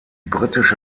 britische